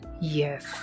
Yes